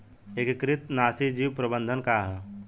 एकीकृत नाशी जीव प्रबंधन का ह?